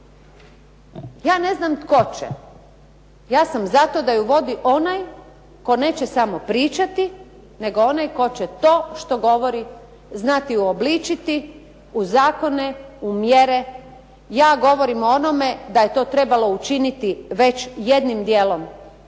Ja ne znam tko će, ja sam zato da ju vodi onaj tko neće samo pričati, nego onaj tko govori znati uobličiti u zakone, u mjere. Ja govorim o onome da je to trebalo učiniti već jednim dijelom